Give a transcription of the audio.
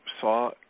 saw